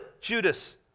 Judas